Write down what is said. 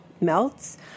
melts